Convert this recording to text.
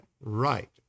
Right